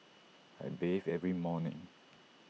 I bathe every morning